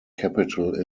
capital